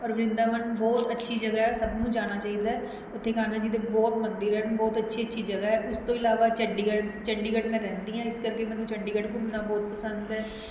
ਵ੍ਰਿੰਦਾਵਨ ਬਹੁਤ ਅੱਛੀ ਜਗ੍ਹਾ ਹੈ ਸਭ ਨੂੰ ਜਾਣਾ ਚਾਹੀਦਾ ਉੱਥੇ ਕਾਨ੍ਹਾ ਜੀ ਦੇ ਬਹੁਤ ਮੰਦਰ ਹਨ ਬਹੁਤ ਅੱਛੀ ਅੱਛੀ ਜਗ੍ਹਾ ਹੈ ਉਸ ਤੋਂ ਇਲਾਵਾ ਚੰਡੀਗੜ੍ਹ ਚੰਡੀਗੜ੍ਹ ਮੈਂ ਰਹਿੰਦੀ ਹਾਂ ਇਸ ਕਰਕੇ ਮੈਨੂੰ ਚੰਡੀਗੜ੍ਹ ਘੁੰਮਣਾ ਬਹੁਤ ਪਸੰਦ ਹੈ